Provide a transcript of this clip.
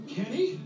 Kenny